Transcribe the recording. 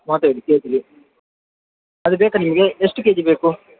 ಮೂವತ್ತೈದು ಕೆ ಜಿಗೆ ಅದು ಬೇಕಾ ನಿಮಗೆ ಎಷ್ಟು ಕೆಜಿ ಬೇಕು